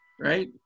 right